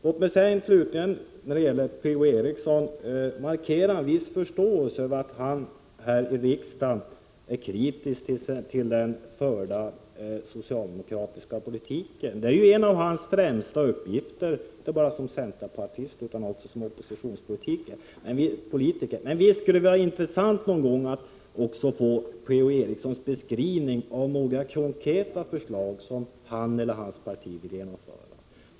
Får jag slutligen beträffande Per-Ola Erikssons anförande markera viss förståelse för att Per-Ola Eriksson är kritisk mot den förda socialdemokratiska politiken. Det är ju en av hans främsta uppgifter, inte bara som centerpartist utan också som oppositionspolitiker. Men visst skulle det vara intressant att någon gång också få Per-Ola Erikssons beskrivning av några konkreta förslag som han och hans parti vill genomföra.